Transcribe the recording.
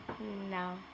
No